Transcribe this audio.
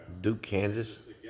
Duke-Kansas